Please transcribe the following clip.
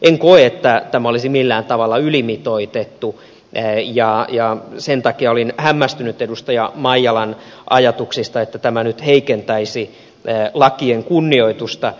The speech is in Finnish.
en koe että tämä olisi millään tavalla ylimitoitettu ja sen takia olin hämmästynyt edustaja maijalan ajatuksista että tämä nyt heikentäisi lakien kunnioitusta